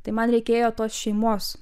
tai man reikėjo tos šeimos